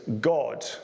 God